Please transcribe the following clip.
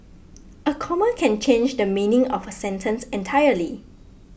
a comma can change the meaning of a sentence entirely